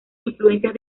influencias